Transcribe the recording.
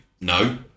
no